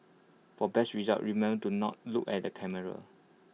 for best results remember to not look at the camera